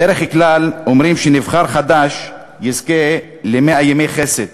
בדרך כלל אומרים שנבחר חדש יזכה למאה ימי חסד.